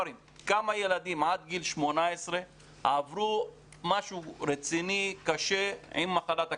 עד גיל 18 עברו משהו רציני וקשה עם מחלת הקורונה?